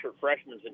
freshmen